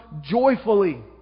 joyfully